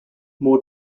more